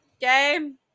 game